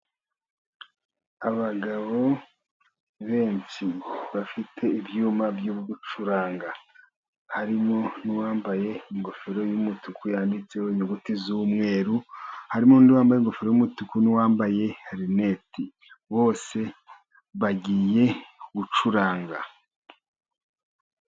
Abagabo benshi bafite ibyuma byo gucuranga, harimo n'uwambaye ingofero y'umutuku yanditseho inyuguti z'umweru, harimo undi wambaye ingofero yumutuku n'uwambaye rinete, bose bagiye gucuranga.